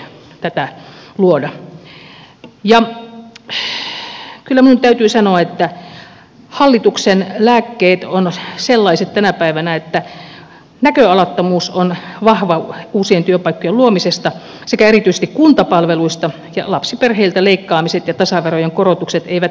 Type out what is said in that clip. ja kyllä minun täytyy sanoa että hallituksen lääkkeet ovat sellaiset tänä päivänä että näköalattomuus on vahva uusien työpaikkojen luomisen sekä erityisesti kuntapalvelujen suhteen ja lapsiperheiltä leikkaamiset ja tasaverojen korotukset eivät todellakaan tepsi